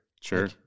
Sure